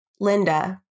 Linda